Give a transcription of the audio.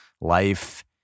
Life